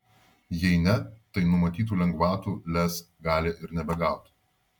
jei ne tai numatytų lengvatų lez gali ir nebegauti